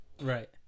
Right